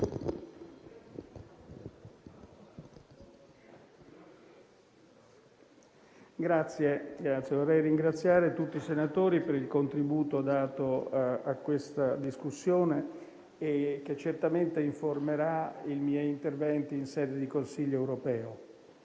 ministri*. Vorrei ringraziare tutti i senatori per il contributo dato a questa discussione, che certamente informerà il mio intervento in sede di Consiglio europeo.